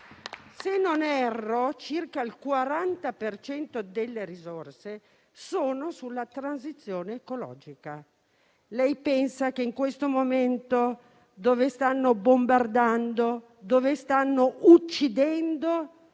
Se non erro, circa il 40 per cento delle risorse sono sulla transizione ecologica. Lei pensa che in questo momento, dove stanno bombardando, dove stanno uccidendo,